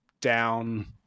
down